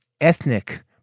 ethnic